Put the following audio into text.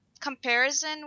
comparison